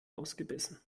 ausgebissen